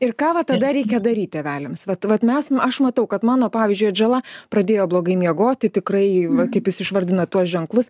ir ką va tada reikia daryt tėveliams vat vat mes aš matau kad mano pavyzdžiui atžala pradėjo blogai miegoti tikrai kaip jūs išvardinot tuos ženklus